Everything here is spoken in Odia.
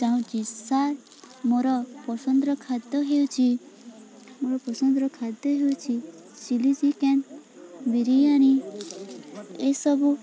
ଚାହୁଁଚି ସାର୍ ମୋର ପସନ୍ଦର ଖାଦ୍ୟ ହେଉଛି ମୋର ପସନ୍ଦର ଖାଦ୍ୟ ହେଉଛି ଚିଲ୍ଲି ଚିକେନ ବିରିୟାନୀ ଏସବୁ